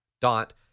dot